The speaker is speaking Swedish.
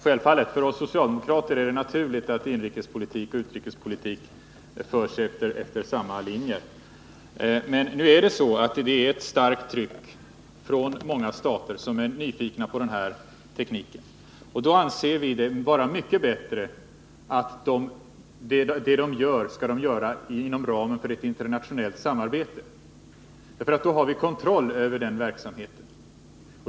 jälvfallet. För oss socialdemokrater är det naturligt att Onsdagen den inrikespolitik och utrikespolitik förs efter samma linjer. 12 mars 1980 Men nu är det så att det finns ett starkt tryck från många stater som är nyfikna på den här tekniken. Därför anser vi det vara mycket bättre att det de gör skall göras inom ramen för internationellt samarbete, eftersom vi då har kontroll över den verksamheten.